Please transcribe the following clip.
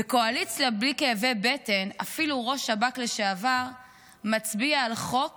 בקואליציה בלי כאבי בטן אפילו כשראש שב"כ לשעבר מצביע על חוק